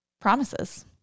promises